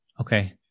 Okay